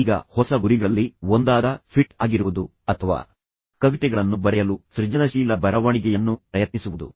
ಈಗ ಹೊಸ ಗುರಿಗಳಲ್ಲಿ ಒಂದಾದ ಫಿಟ್ ಆಗಿರುವುದು ಅಥವಾ ಕವಿತೆಗಳನ್ನು ಬರೆಯಲು ಸೃಜನಶೀಲ ಬರವಣಿಗೆಯನ್ನು ಪ್ರಯತ್ನಿಸುವುದು